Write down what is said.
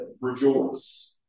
rejoice